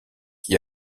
qui